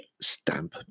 stamp